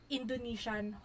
Indonesian